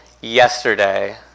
yesterday